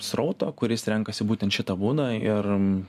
srauto kuris renkasi būtent šitą būdą ir